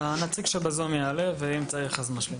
הנציג שבזום יעלה ואם צריך אז נשלים.